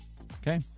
Okay